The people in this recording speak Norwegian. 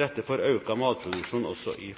rette for økt matproduksjon også i